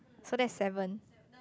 so that's seven